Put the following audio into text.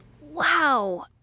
Wow